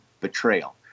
betrayal